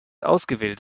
ausgewählt